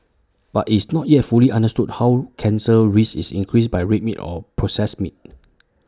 but it's not yet fully understood how cancer risk is increased by red meat or processed meat